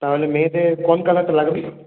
তাহলে মেয়েদের কোন কালারটা লাগবে